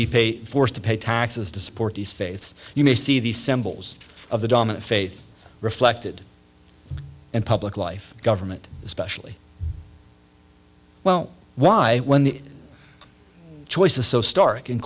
be forced to pay taxes to support these faith you may see the symbols of the dominant faith reflected in public life government especially well why when the choice is so stark and